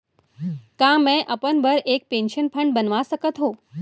का मैं अपन बर एक पेंशन फण्ड बनवा सकत हो?